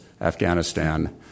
Afghanistan